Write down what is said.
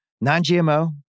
non-GMO